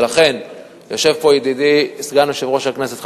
ולכן יושב פה ידידי סגן יושב-ראש הכנסת,